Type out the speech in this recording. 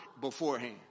beforehand